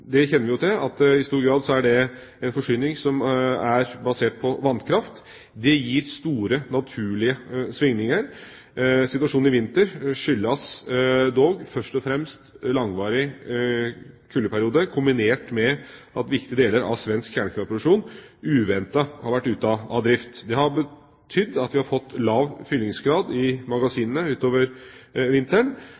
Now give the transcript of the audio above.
kjenner jo til at det i stor grad er en forsyning som er basert på vannkraft. Det gir store, naturlige svingninger. Situasjonen i vinter skyldes dog først og fremst en langvarig kuldeperiode, kombinert med at viktige deler av svensk kjernekraftproduksjon uventet har vært ute av drift. Det har betydd at vi har fått lav fyllingsgrad i